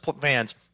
fans